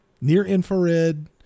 near-infrared